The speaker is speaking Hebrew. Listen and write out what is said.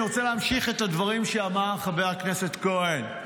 אני רוצה להמשיך את הדברים שאמר חבר הכנסת כהן.